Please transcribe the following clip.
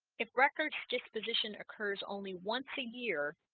if record disposition occurs only once a year